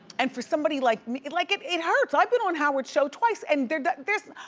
and for somebody like me, like it it hurts, i've been on howard's show twice and this,